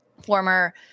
former